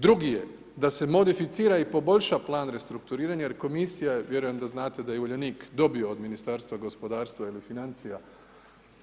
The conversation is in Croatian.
Drugi je da se modificira i poboljša plan restrukturiranja jer komisija je, vjerujem da znate da je Uljanik dobio od Ministarstva gospodarstva